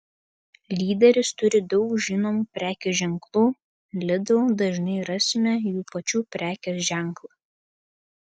lyderis turi daug žinomų prekės ženklų lidl dažnai rasime jų pačių prekės ženklą